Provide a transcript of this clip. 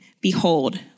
behold